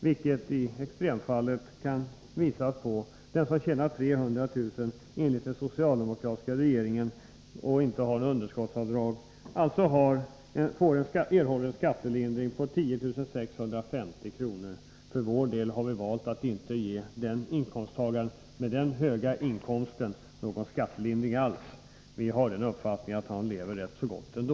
Enligt den socialdemokratiska regeringens förslag kan i extrema fall den som tjänar 300 000 kr. och inte har några underskottsavdrag erhålla en skattelindring med 10 650 kr. För vår del har vi valt att inte ge den höginkomsttagaren någon skattelindring alls — vi har uppfattningen att han lever ganska gott ändå.